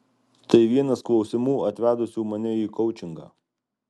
tai vienas klausimų atvedusių mane į koučingą